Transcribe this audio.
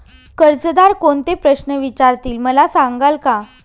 कर्जदार कोणते प्रश्न विचारतील, मला सांगाल का?